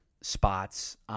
spots